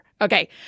Okay